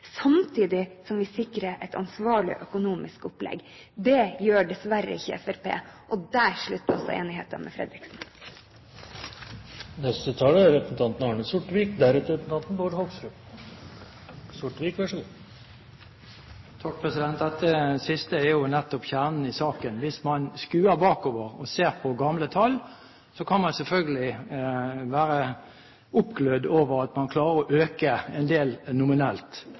samtidig som vi sikrer et ansvarlig økonomisk opplegg. Det gjør dessverre ikke Fremskrittspartiet, og der slutter også enigheten med Fredriksen. Dette siste er jo nettopp kjernen i saken. Hvis man skuer bakover og ser på gamle tall, kan man selvfølgelig være oppglødd over at man klarer å øke en del nominelt.